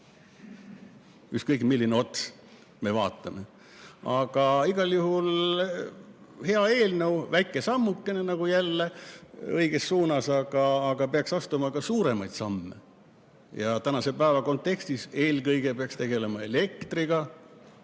Ükskõik, millist otsa me vaatame. Igal juhul hea eelnõu, väike sammukene jälle õiges suunas. Aga peaks astuma ka suuremaid samme. Tänase päeva kontekstis eelkõige peaks tegelema elektriga,